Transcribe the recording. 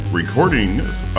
recordings